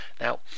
Now